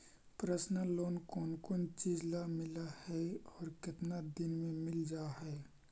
Personal loan कोन कोन चिज ल मिल है और केतना दिन में मिल जा है?